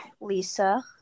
Lisa